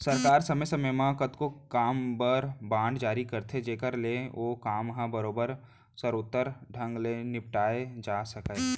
सरकार समे समे म कतको काम बर बांड जारी करथे जेकर ले ओ काम ह बरोबर सरोत्तर ढंग ले निपटाए जा सकय